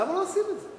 למה לא עושים את זה?